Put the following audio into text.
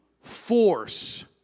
force